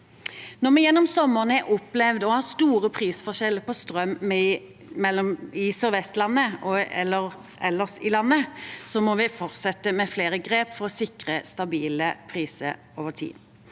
Når vi gjennom sommeren har opplevd å ha store prisforskjeller på strøm mellom Sør-Vestlandet og ellers i landet, må vi fortsette med flere grep for å sikre stabile priser over tid.